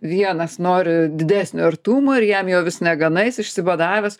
vienas nori didesnio artumo ir jam jo vis negana jis išsibadavęs